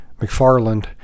McFarland